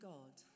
God